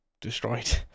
destroyed